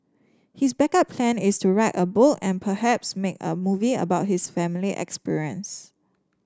his backup plan is to write a book and perhaps make a movie about his family experience